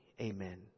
Amen